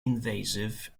invasive